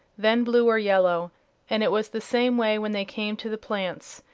then blue or yellow and it was the same way when they came to the plants,